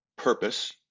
purpose